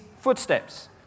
footsteps